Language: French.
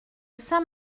saint